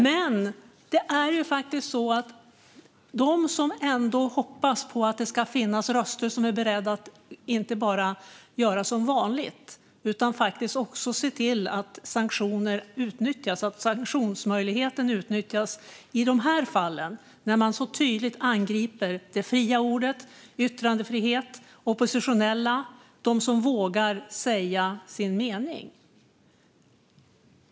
Men det finns de som ändå hoppas på att det ska finnas röster som är beredda att inte bara göra som vanligt utan faktiskt också se till att sanktionsmöjligheten utnyttjas. I de här fallen angriper man tydligt det fria ordet, yttrandefriheten och oppositionella, de som vågar säga sin mening.